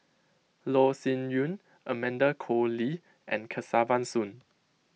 Loh Sin Yun Amanda Koe Lee and Kesavan Soon